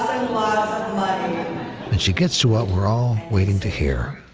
um and she gets to what we're all waiting to hear.